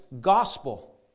gospel